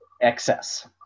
excess